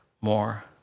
more